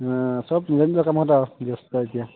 চব নিজৰ নিজৰ কামত আৰু ব্যস্ত এতিয়া